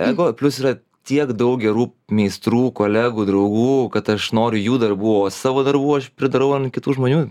ego plius yra tiek daug gerų meistrų kolegų draugų kad aš noriu jų darbų o savo darbų aš pridarau ant kitų žmonių